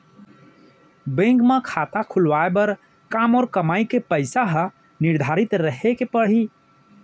Bank म खाता खुलवाये बर का मोर कमाई के पइसा ह निर्धारित रहे के पड़ही?